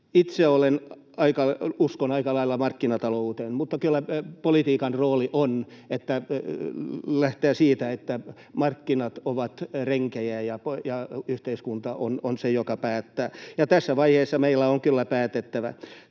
Itse uskon aika lailla markkinatalouteen, mutta kyllä politiikan rooli on lähteä siitä, että markkinat ovat renkejä ja yhteiskunta on se, joka päättää, ja tässä vaiheessa meidän on kyllä päätettävä.